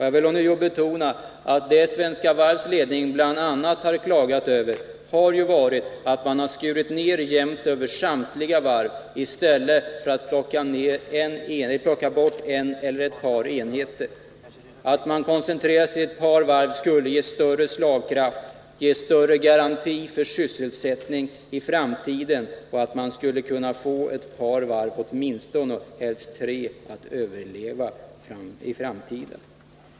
Jag vill ånyo betona att vad Svenska Varvs ledning bl.a. har klagat över har varit att man skurit ned arbetsstyrkan jämnt över samtliga varv i stället för att plocka bort en eller ett par enheter. Att koncentrera sig på ett par varv skulle ge större slagkraft och större garanti för sysselsättning i framtiden. Då skulle man kunna få åtminstone ett par — helst tre — varv att överleva i framtiden.